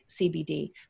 CBD